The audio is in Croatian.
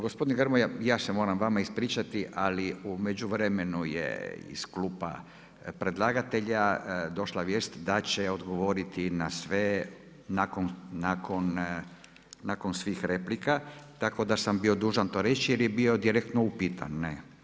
Gospodin Grmoja i ja se moram vama ispričati, ali u međuvremenu je iz klupa predlagatelja, došla vijest da će odgovoriti na sve nakon svih replika, tako da sam dužan to reći, jer je bio direktno upitan.